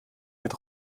mit